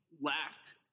lacked –